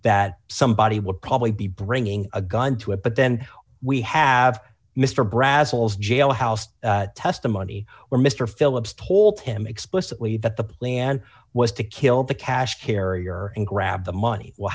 that somebody would probably be bringing a gun to it but then we have mr brasil's jailhouse testimony where mr phillips told him explicitly that the plan was to kill the cash carrier and grab the money well